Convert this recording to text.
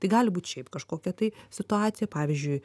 tai gali būt šiaip kažkokia tai situacija pavyzdžiui